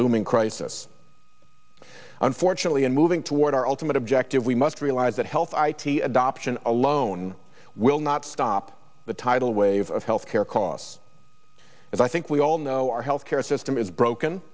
looming crisis unfortunately and moving toward our ultimate objective we must realize that health i t adoption alone will not stop the tidal wave of health care costs that i think we all know our health care system is broken